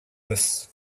this